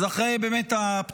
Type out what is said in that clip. אז אחרי הפתיחתא